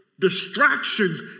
distractions